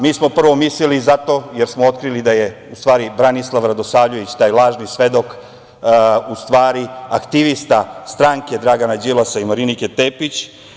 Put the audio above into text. Mi smo prvo mislili za to jer smo otkrili da je u stvari Branislav Radosavljević taj lažni svedok, u stvari aktivista stranke Dragana Đilasa i Marinike Tepić.